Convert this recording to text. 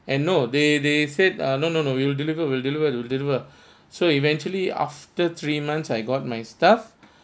and no they they said ah no no no will deliver will deliver will deliver so eventually after three months I got my stuff